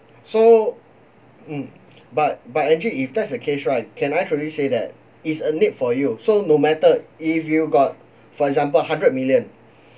so mm but but actually if that's the case right can I truly say that it's a need for you so no matter if you got for example hundred million